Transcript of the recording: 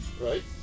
right